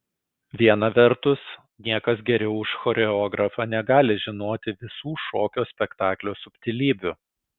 viena vertus niekas geriau už choreografą negali žinoti visų šokio spektaklio subtilybių